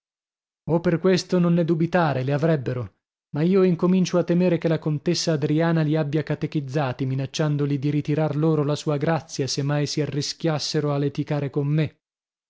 oh per questo non ne dubitare le avrebbero ma io incomincio a temere che la contessa adriana li abbia catechizzati minacciandoli di ritirar loro la sua grazia se mai si arrischiassero a leticare con me